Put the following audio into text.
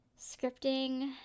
scripting